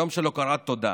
זה יום של הוקרה ותודה,